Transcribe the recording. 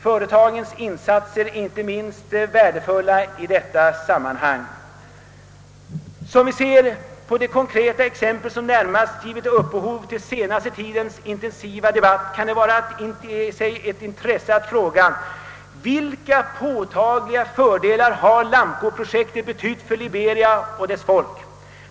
Företagens insatser är inte minst värdefulla i dessa sammanhang. Ser vi på det konkreta exempel som närmast givit upphov till den senaste tidens intensiva debatt, kan det vara av intresse att fråga: Vilka påtagliga fördelar har Lamco-projektet betytt för Liberia och dess folk?